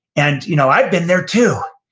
and you know i've been there, too.